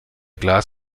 glas